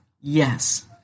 Yes